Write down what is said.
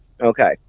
Okay